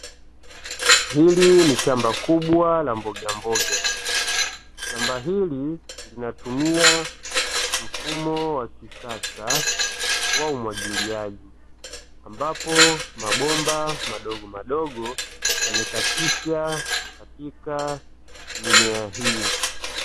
Hili ni shamba kubwa la mbogamboga, shamba hili linatumia mfumo wa kisasa wa umwagiliaji ambapo mabomba madogo madogo yamekatisha katika mimea hii.